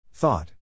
Thought